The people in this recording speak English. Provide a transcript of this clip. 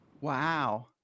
Wow